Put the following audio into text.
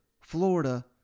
Florida